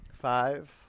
Five